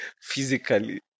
physically